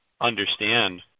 understand